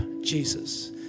Jesus